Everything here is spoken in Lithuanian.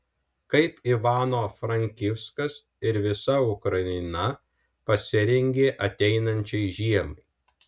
kaip ivano frankivskas ir visa ukraina pasirengė ateinančiai žiemai